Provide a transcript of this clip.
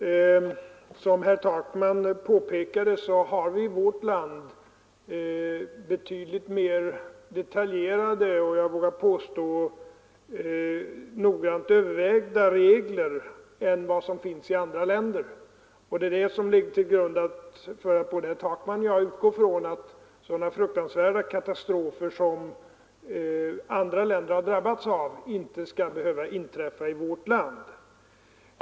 Fru talman! Som herr Takman påpekade har vi i vårt land betydligt mer detaljerade och — vågar jag påstå — mer noggrant övervägda regler än i andra länder. Det är anledningen till att både herr Takman och jag utgår från att så fruktansvärda katastrofer som andra länder drabbats av inte skall behöva inträffa i vårt land.